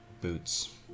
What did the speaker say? boots